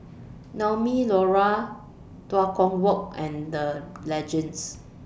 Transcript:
Naumi Liora Tua Kong Walk and The Legends